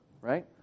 right